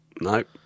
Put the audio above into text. Nope